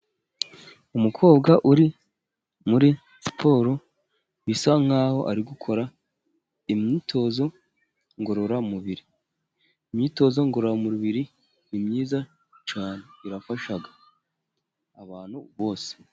Umukobwa uri muri siporo bisa nkaho ari gukora imyitozo ngororamubiri. Imyitozo ngororamubiri ni myiza cyane, ifasha abantu bose.